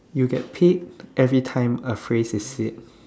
you get paid every time a phrase is said